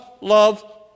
love